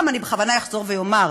בכוונה אחזור ואומר,